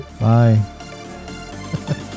Bye